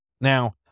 Now